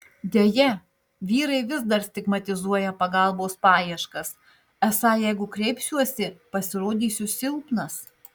deja vyrai vis dar stigmatizuoja pagalbos paieškas esą jeigu kreipsiuosi pasirodysiu silpnas